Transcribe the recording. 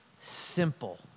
simple